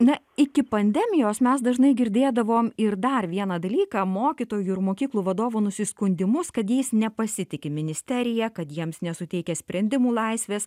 na iki pandemijos mes dažnai girdėdavom ir dar vieną dalyką mokytojų ir mokyklų vadovų nusiskundimus kad jais nepasitiki ministerija kad jiems nesuteikia sprendimų laisvės